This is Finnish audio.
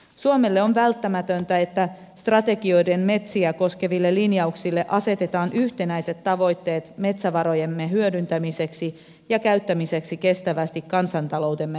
suomelle on välttämätöntä että strategioiden metsiä koskeville linjauksille asetetaan yhtenäiset tavoitteet metsävarojemme hyödyntämiseksi ja käyttämiseksi kestävästi kansantaloutemme hyväksi